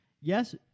Yes